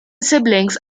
siblings